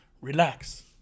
relax